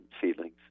seedlings